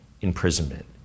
imprisonment